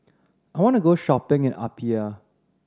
I want to go shopping in the Apia